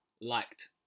liked